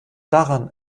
daran